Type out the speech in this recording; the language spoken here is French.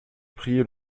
priez